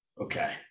Okay